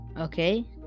Okay